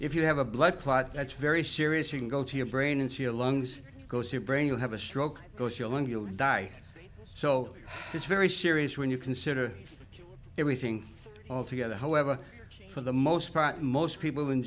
if you have a blood clot that's very serious you can go to your brain and she'll lungs go see a brain you'll have a stroke go shell and you'll die so it's very serious when you consider everything all together however for the most part most people in